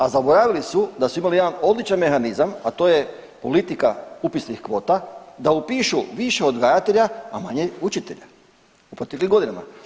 A zaboravili su da su imali jedan odličan mehanizam a to je politika upisnih kvota da upišu više odgajatelja, a manje učitelja u proteklim godinama.